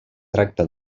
tracta